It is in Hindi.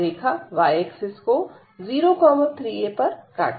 यह रेखा y एक्सिस को 0 3 a पर काटती है